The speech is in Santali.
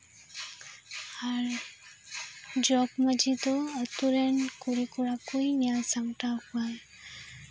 ᱟᱨ ᱡᱚᱜᱽᱢᱟᱹᱡᱷᱤ ᱫᱚ ᱟᱛᱳ ᱨᱮᱱ ᱠᱩᱲᱤᱼᱠᱚᱲᱟ ᱠᱚᱭ ᱧᱮᱞ ᱥᱟᱢᱴᱟᱣ ᱠᱚᱣᱟ